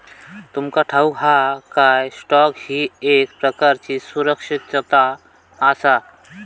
तुमका ठाऊक हा काय, स्टॉक ही एक प्रकारची सुरक्षितता आसा?